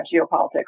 geopolitics